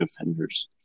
offenders